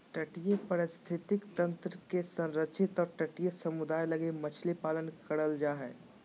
तटीय पारिस्थितिक तंत्र के संरक्षित और तटीय समुदाय लगी मछली पालन करल जा हइ